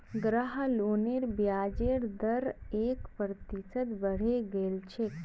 गृह लोनेर ब्याजेर दर एक प्रतिशत बढ़े गेल छेक